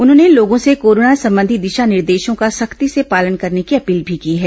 उन्होंने लोगों से कोरोना संबंधी दिशा निर्देशों का सख्ती से पालन करने की अपील भी की है